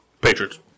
Patriots